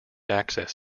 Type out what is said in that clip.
access